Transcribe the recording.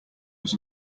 was